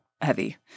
heavy